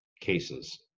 cases